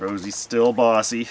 rosie still bossy